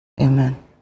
Amen